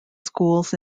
schools